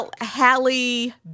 Halle